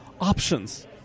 Options